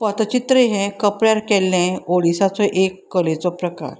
पतचित्र हें कपड्यार केल्लें ओडिसाचो एक कलेचो प्रकार